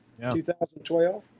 2012